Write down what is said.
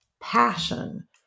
Passion